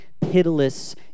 pitiless